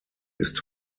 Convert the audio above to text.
ist